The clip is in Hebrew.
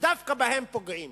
ודווקא בהם פוגעים.